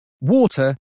water